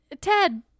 ted